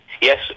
Yes